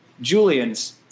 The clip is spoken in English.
Julian's